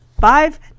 five